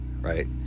right